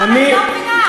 אני לא מבינה.